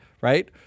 right